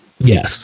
Yes